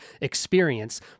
experience